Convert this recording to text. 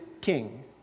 king